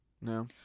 no